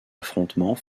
affrontement